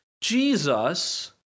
Jesus